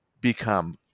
become